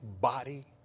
body